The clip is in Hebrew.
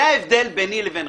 זה ההבדל ביני לבינכם.